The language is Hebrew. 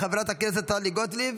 חברת הכנסת טלי גוטליב,